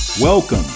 Welcome